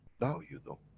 now you know.